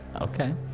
Okay